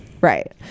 Right